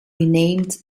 renamed